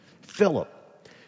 Philip